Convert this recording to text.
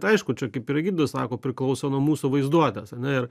aišku čia kaip ir egidjus sako priklauso nuo mūsų vaizduotės ar ne ir